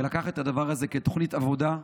לקחת את זה כתוכנית עבודה.